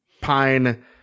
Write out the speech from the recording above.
pine